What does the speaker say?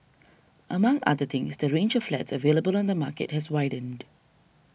among other things the range of flats available on the market has widened